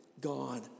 God